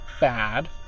bad